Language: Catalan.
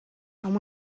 amb